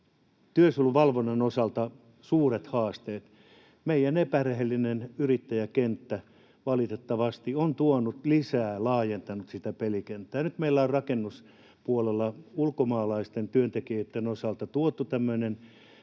työsuojeluvalvonnan osalta suuret haasteet. Meidän epärehellinen yrittäjäkenttä valitettavasti on tuonut lisää, laajentanut sitä pelikenttää, ja nyt meillä on rakennuspuolella ulkomaalaisten työntekijöitten osalta tuotu tämmöinen